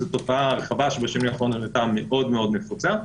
זו תופעה רחבה שבשנים האחרונות הייתה מאוד מאוד נפוצה,